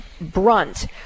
brunt